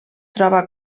troba